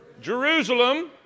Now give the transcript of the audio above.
Jerusalem